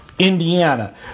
Indiana